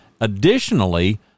Additionally